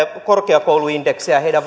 korkeakouluindeksejä heidän